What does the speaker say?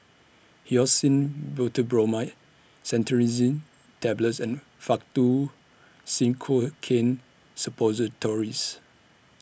Hyoscine Butylbromide Cetirizine Tablets and Faktu Cinchocaine Suppositories